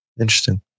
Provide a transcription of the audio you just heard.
Interesting